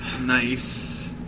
Nice